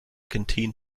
canteen